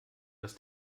dass